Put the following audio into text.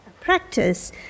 practice